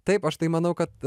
taip aš tai manau kad